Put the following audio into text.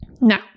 now